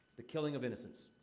the killing of innocents.